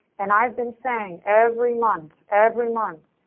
and i've been saying every month every month.